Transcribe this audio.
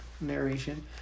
narration